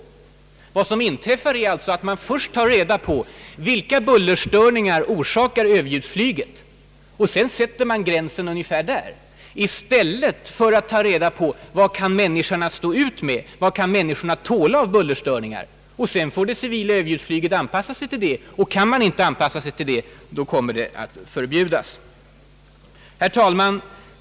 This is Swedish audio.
Vad som inträffat är sålunda att man tagit reda på vilka bullerstörningar överljudsflyget förorsakar, och sedan har man satt gränsen ungefär där. I stället borde man ta reda på vilka bullerstörningar människorna kan stå ut med och låta det civila överljudsflyget anpassa sig därefter. Herr talman!